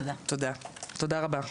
תודה רבה.